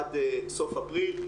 עד סוף אפריל.